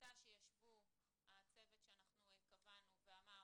יצא שישבו הצוות שאנחנו קבענו ואמר